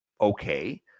okay